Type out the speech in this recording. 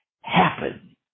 happen